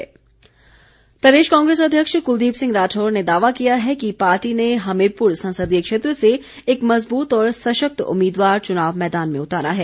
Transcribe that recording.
राठौर प्रदेश कांग्रेस अध्यक्ष कुलदीप सिंह राठौर ने दावा किया है कि पार्टी ने हमीरपुर संसदीय क्षेत्र से एक मजबूत और सशक्त उम्मीदवार चुनाव मैदान में उतारा है